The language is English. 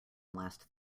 last